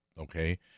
okay